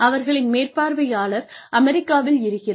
அவர்களின் மேற்பார்வையாளர் அமெரிக்காவில் இருக்கிறார்